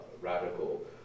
radical